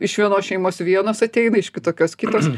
iš vienos šeimos vienos ateina iš kitokios kitos